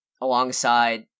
alongside